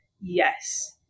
Yes